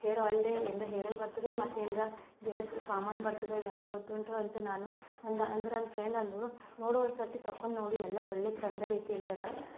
hair ಆಯ್ಲ್ದೆ ಏನ್ರ ಹೇರೇ ಬರ್ತದೋ ಇಲ್ಲ ಮತ್ತೆ ಏನಾರ ಬೇರೆ ಸ್ ಸಾಮಾನು ಬರ್ತದ್ಯೋ ಯಾರಿಗೆ ಗೊತ್ತುಂಟು ಅಂದೆ ನಾನು ಅಂದೆ ಅಂದ್ರೆ ಅಲ್ಲಿ ಫ್ರೆಂಡ್ ಅಂದಳು ನೋಡು ಒಂದು ಸರ್ತಿ ತೊಕೊಂಡ್ ನೋಡು ಎಲ್ಲ ಒಳ್ಳೆಯ ಚೆಂದ ರೀತಿಯಲ್ಲಿ ಇದೆ